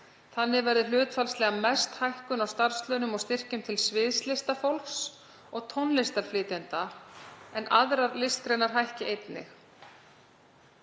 Þannig verði hlutfallslega mest hækkun á starfslaunum og styrkjum til sviðslistafólks og tónlistarflytjenda, en aðrar listgreinar hækki einnig.